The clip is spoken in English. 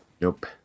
Nope